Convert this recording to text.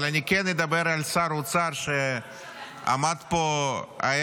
אבל אני כן אדבר על שר האוצר שעמד פה הערב